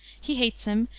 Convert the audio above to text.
he hates him,